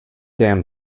damn